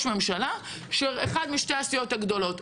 הממשלה יהיה מאחת משתי הסיעות הגדולות.